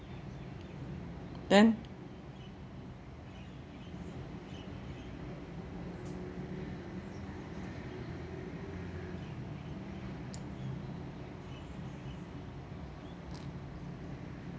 then